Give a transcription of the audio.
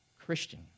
Christian